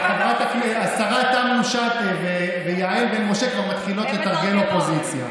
השרה תמנו שטה ויעל בן משה כבר מתחילות לתרגל אופוזיציה.